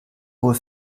wohl